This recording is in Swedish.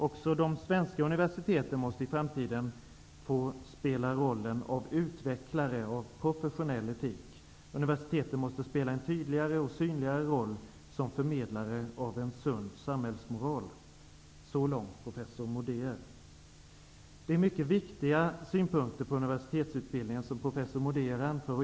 Också de svenska universiteten måste i framtiden få spela rollen av utvecklare av professionell etik. Universiteten måste spela en tydligare och synligare roll som förmedlare av en sund samhällsmoral.'' Så långt professor Modéer. Det är mycket viktiga synpunkter på universitetsutbildningen som professor Modéer anför.